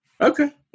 Okay